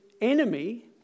enemy